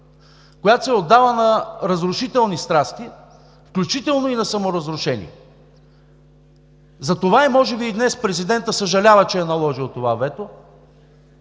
която се отдава на разрушителни страсти, включително и на саморазрушение! Затова може би днес президентът съжалява, че е наложил това вето,